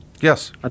Yes